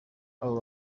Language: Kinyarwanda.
abo